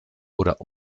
oder